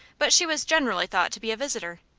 but she was generally thought to be a visitor,